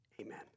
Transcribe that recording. Amen